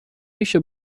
میشه